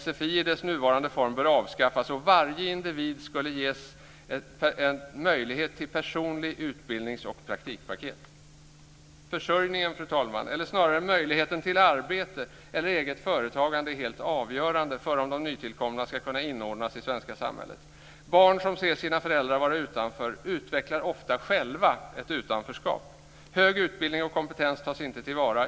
Sfi i sin nuvarande form bör avskaffas, och varje individ skulle ges möjlighet till ett personligt utbildnings och praktikpaket. Försörjningen, eller snarare möjligheten till arbete eller eget företagande, är helt avgörande för om de nytillkomna ska kunna inordnas i det svenska samhället. Barn som ser sina föräldrar vara utanför utvecklar ofta själva ett utanförskap. Hög utbildning och kompetens tas inte till vara.